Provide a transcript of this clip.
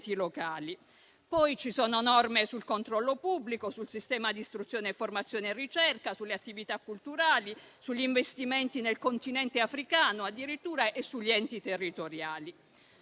locali. Poi ci sono norme sul controllo pubblico, sul sistema di istruzione, formazione e ricerca, sulle attività culturali, sugli investimenti nel Continente africano (addirittura) e sugli enti territoriali.